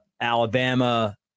Alabama